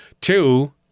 Two